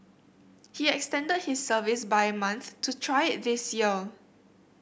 he extended his service by a month to try it this year